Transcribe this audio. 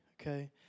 okay